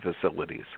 facilities